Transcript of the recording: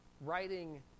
writing